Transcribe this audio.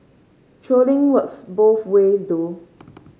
trolling works both ways though